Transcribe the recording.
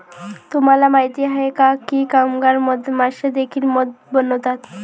तुम्हाला माहित आहे का की कामगार मधमाश्या देखील मध बनवतात?